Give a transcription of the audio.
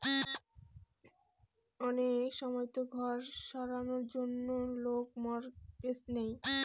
অনেক সময়তো ঘর সারানোর জন্য লোক মর্টগেজ নেয়